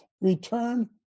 return